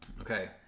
Okay